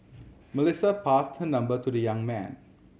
Melissa passed her number to the young man